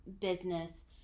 business